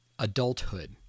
adulthood